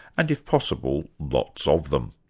and if possible, lots of them.